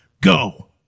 go